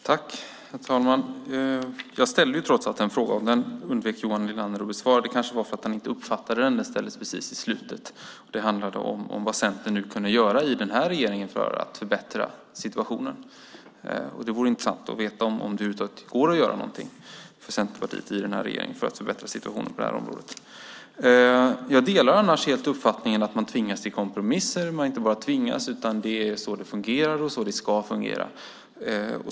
Herr talman! Jag ställde trots allt en fråga, men den undvek Johan Linander att besvara. Det kanske är för att han inte uppfattade den; den ställdes precis i slutet. Det handlade om vad Centern kunde göra i regeringen för att förbättra situationen. Det vore intressant att veta om Centerpartiet över huvud taget kan göra någonting i denna regering för att förbättra situationen på området. Jag delar annars uppfattningen att man tvingas till kompromisser. Man inte bara tvingas, utan det är så det fungerar och ska fungera.